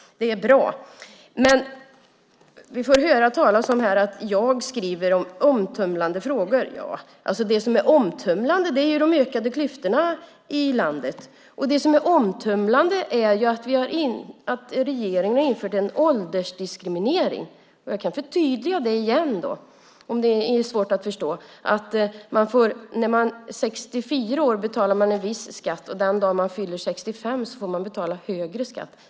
Det är bra. Vi får här höra talas om att jag skriver om omtumlande frågor. Ja, det som är omtumlande är de ökade klyftorna i landet. Det som är omtumlande är att regeringen inför åldersdiskriminering. Jag kan förtydliga det igen om det är svårt att förstå. När man är 64 år betalar man en viss skatt, och den dag man fyller 65 får man betala högre skatt.